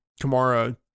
Kamara